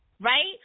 right